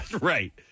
Right